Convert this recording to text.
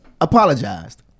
apologized